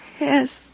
Yes